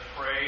pray